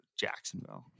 Jacksonville